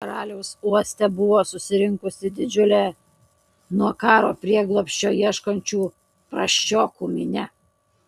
karaliaus uoste buvo susirinkusi didžiulė nuo karo prieglobsčio ieškančių prasčiokų minia